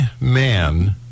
man